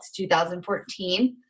2014